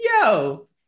Yo